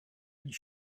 his